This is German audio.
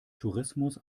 tourismus